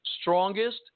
strongest